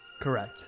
Correct